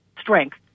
strength